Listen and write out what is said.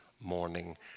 morning